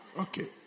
okay